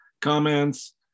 comments